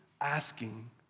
asking